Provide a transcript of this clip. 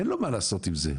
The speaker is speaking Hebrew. אין לו מה לעשות עם זה.